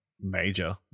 major